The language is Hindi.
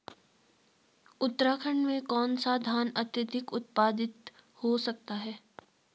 उत्तराखंड में कौन सा धान अत्याधिक उत्पादित हो सकता है?